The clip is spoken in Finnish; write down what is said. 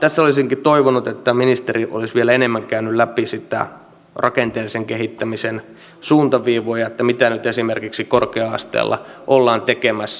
tässä olisinkin toivonut että ministeri olisi vielä enemmän käynyt läpi niitä rakenteellisen kehittämisen suuntaviivoja ja sitä mitä nyt esimerkiksi korkea asteella ollaan tekemässä